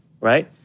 right